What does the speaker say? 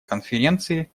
конференции